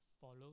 follow